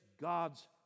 God's